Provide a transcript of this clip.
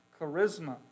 charisma